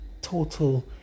total